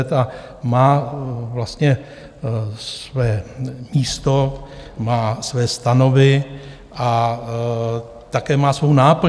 a má vlastně své místo, má své stanovy a také má svou náplň.